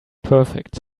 perfect